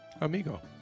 amigo